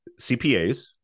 CPAs